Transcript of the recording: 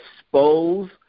expose